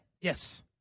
Yes